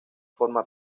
forma